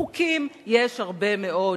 חוקים יש הרבה מאוד.